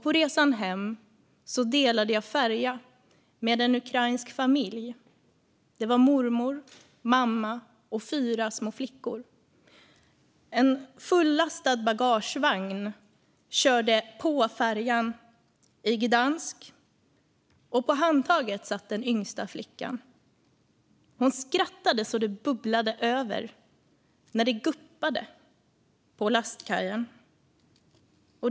På resan hem delade jag färja med en ukrainsk familj. Det var mormor, mamma och fyra små flickor. En fullastad bagagevagn körde på färjan i Gdansk, och på handtaget satt den yngsta flickan. Hon skrattade så att det bubblade över när det guppade på lastkajen.